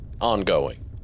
Ongoing